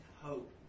hope